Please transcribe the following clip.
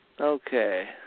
Okay